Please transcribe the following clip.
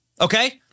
okay